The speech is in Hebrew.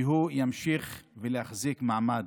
להמשיך ולהחזיק מעמד.